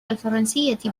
الفرنسية